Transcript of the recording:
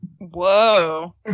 Whoa